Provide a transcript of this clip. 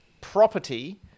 property